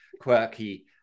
quirky